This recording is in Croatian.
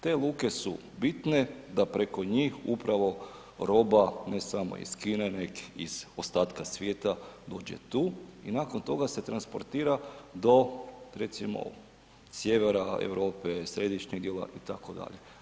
Te luke su bitne da preko njih upravo roba, ne samo iz Kine neg i iz ostatka svijeta dođe tu i nakon toga se transportira do recimo do sjevera Europe, središnjeg dijela itd.